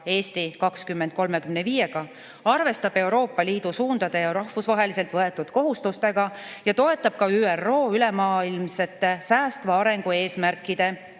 "Eesti 2035", arvestab Euroopa Liidu suundade ja rahvusvaheliselt võetud kohustusi ning toetab ka ÜRO ülemaailmsete säästva arengu eesmärkide